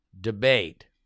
debate